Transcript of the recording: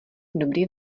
dobrý